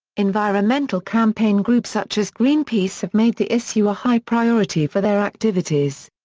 environmental campaign groups such as greenpeace have made the issue a high priority for their activities.